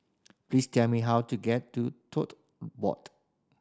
please tell me how to get to Tote Board